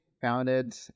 founded